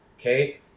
okay